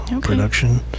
production